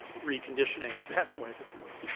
reconditioning at that point if you will.